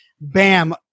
bam